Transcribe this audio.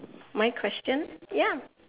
my question ya